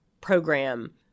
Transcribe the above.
program